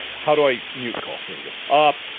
how do i? mute call, there we go. ah